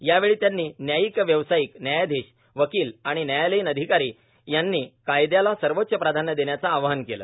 यावेळी त्यांनी न्यायीक व्यवसायीक न्यायाधीश वकील आणि न्यायालयीन अधिकारी यांनी कायद्याला सर्वोच्च प्राधान्य देण्याचं आव्हान केलं